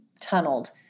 tunneled